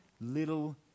little